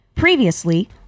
Previously